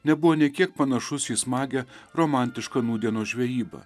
nebuvo nė kiek panašus į smagią romantišką nūdienos žvejybą